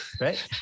right